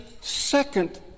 second